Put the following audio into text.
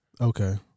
Okay